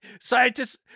Scientists